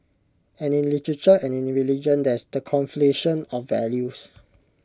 and in literature and in religion there's the conflation of values